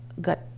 got